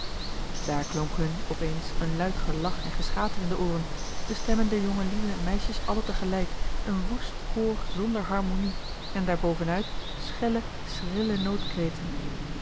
hun op eens een luid gelach en geschater in de ooren de stemmen der jongelieden en meisjes allen tegelijk een woest koor zonder harmonie en daarboven uit schelle schrille